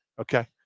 Okay